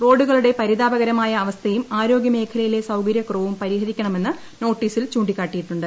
റോഡുകളുടെ പരിതാപകരമായ അവസ്ഥയും ആരോഗ്യമേഖലയിലെ സൌകര്യകുറവും പരിഹരിക്കണമെന്ന് നോട്ടീസിൽ ചൂണ്ടിക്കാട്ടിയിട്ടുണ്ട്